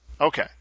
Okay